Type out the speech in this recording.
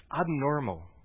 abnormal